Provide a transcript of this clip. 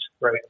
right